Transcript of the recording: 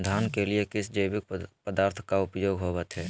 धान के लिए किस जैविक पदार्थ का उपयोग होवत है?